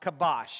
kabosh